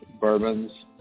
bourbons